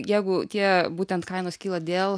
jeigu tie būtent kainos kyla dėl